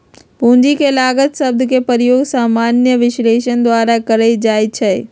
पूंजी के लागत शब्द के प्रयोग सामान्य विश्लेषक द्वारा कएल जाइ छइ